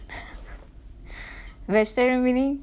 vegetarian winning